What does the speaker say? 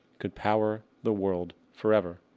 could power the world forever.